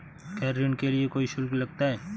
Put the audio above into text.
क्या ऋण के लिए कोई शुल्क लगता है?